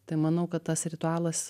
tai manau kad tas ritualas